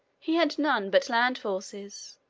he had none but land forces,